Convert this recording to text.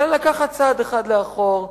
אלא לקחת צעד אחד לאחור ולהגיד: